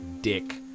dick